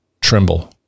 tremble